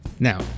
Now